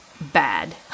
bad